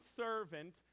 servant